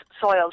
soils